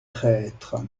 traître